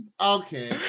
Okay